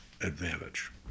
advantage